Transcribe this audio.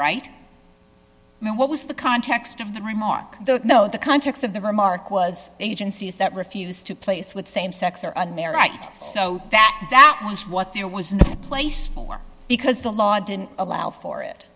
now what was the context of the remark no the context of the remark was agencies that refused to place with same sex marriage so that that was what there was no place for because the law didn't allow for it